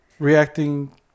Reacting